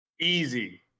Easy